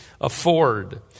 afford